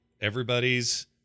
Everybody's